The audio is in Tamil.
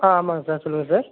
ஆ ஆமாங்க சார் சொல்லுங்கள் சார்